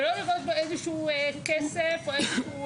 ולא לראות בו איזשהו כסף או איזשהו